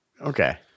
Okay